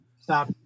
Stop